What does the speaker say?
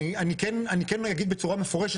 אני כן אגיד בצורה מפורשת,